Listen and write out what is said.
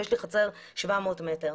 ויש לי חצר של 700 מטר.